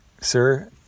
sir